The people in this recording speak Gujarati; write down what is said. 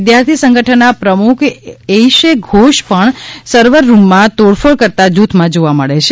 વિદ્યાર્થી સંગઠનના પ્રમુખ એઇશે ધોષ પણ સર્વરરૂમમાં તોડફોડ કરતાં જૂથમાં જોવા મળે છે